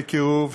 בקירוב,